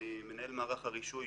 אני מנהל מערך הרישוי